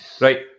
Right